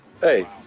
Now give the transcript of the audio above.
Hey